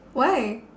why